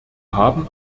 haben